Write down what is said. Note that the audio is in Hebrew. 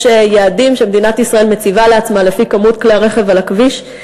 יש יעדים שמדינת ישראל מציבה לעצמה לפי כמות כלי הרכב על הכביש,